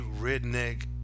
redneck